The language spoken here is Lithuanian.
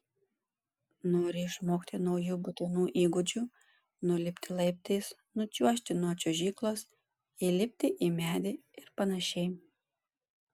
nori išmokti naujų būtinų įgūdžių nulipti laiptais nučiuožti nuo čiuožyklos įlipti į medį ir panašiai